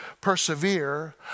persevere